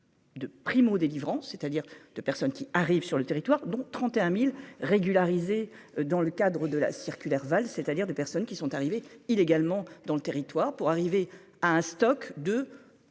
De primo-délivrance, c'est-à-dire de personnes qui arrivent sur le territoire dont 31000 régularisés dans le cadre de la circulaire Valls, c'est-à-dire de personnes qui sont arrivés illégalement dans le territoire pour arriver à un stock de